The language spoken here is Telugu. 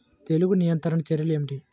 తెగులు నియంత్రణ చర్యలు ఏమిటి?